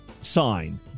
sign